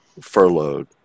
furloughed